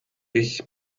ich